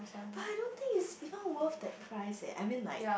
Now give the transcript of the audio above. but I don't think it's even worth that prize eh I mean like